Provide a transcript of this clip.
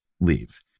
leave